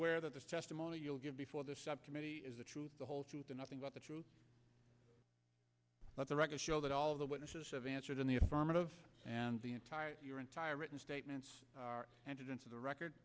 swear that this testimony you'll give before the subcommittee is the truth the whole truth and nothing but the truth let the record show that all the witnesses have answered in the affirmative and the entire your entire written statements entered into the record